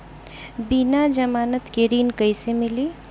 बिना जमानत के ऋण कैसे मिली?